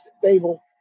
stable